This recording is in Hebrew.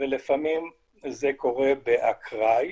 ולפעמים זה קורה באקראי.